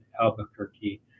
Albuquerque